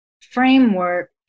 framework